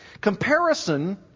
comparison